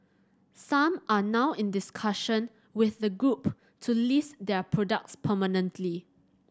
some are now in discussion with the group to list their products permanently